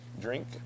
drink